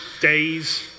days